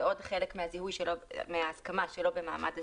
זה עוד חלק מההסכמה שלא במעמד הזיהוי.